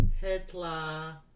Hitler